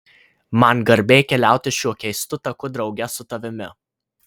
man garbė keliauti šiuo keistu taku drauge su tavimi